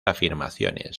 afirmaciones